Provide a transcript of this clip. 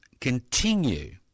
continue